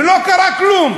ולא קרה כלום.